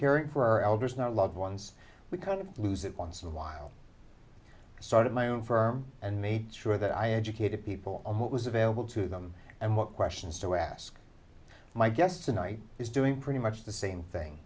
caring for our elders not loved ones we kind of lose it once in a while i started my own firm and made sure that i educated people on what was available to them and what questions to ask my guests tonight is doing pretty much the same thing